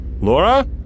Laura